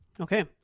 Okay